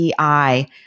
EI